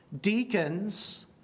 Deacons